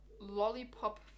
lollipop